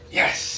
yes